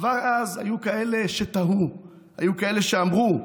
כבר אז היו כאלה שתהו, היו כאלה שאמרו: